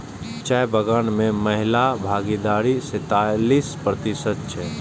चाय बगान मे महिलाक भागीदारी सैंतालिस प्रतिशत छै